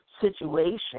situation